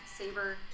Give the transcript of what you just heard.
Saber